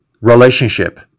relationship